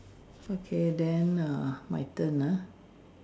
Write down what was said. okay then err my turn ah